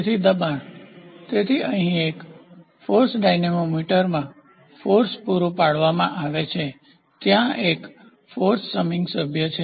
તેથી દબાણ તેથી અહીં એક ફોર્સ ડાયનેમોમીટરમાં ફોર્સ પૂરું પાડવામાં આવે છે ત્યાં એક ફોર્સ સમીન્ગ સભ્ય છે